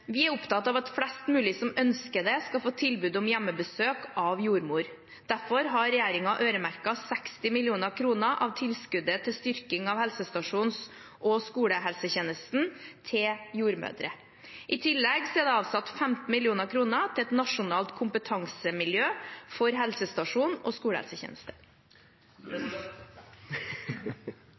Vi er opptatt av at flest mulig som ønsker det, skal få tilbud om hjemmebesøk av jordmor. Derfor har regjeringen øremerket 60 mill. kr av tilskuddet til styrking av helsestasjons- og skolehelsetjenesten til jordmødre. I tillegg er det avsatt 15 mill. kr til et nasjonalt kompetansemiljø for helsestasjons- og